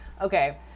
Okay